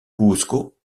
cuzco